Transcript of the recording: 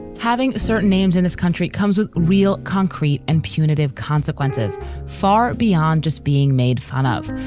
having certain names in this country comes with real concrete and punitive consequences far beyond just being made fun of,